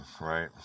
right